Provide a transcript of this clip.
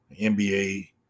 NBA